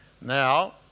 Now